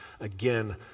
Again